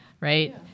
right